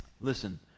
Listen